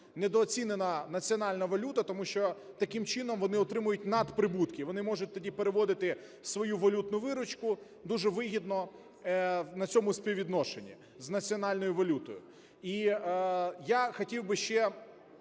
недооцінена національна валюта, тому що таким чином вони отримують надприбутки, вони можуть тоді переводити свою валютну виручку дуже вигідно на цьому співвідношенні з національною валютою. І я хотів би ще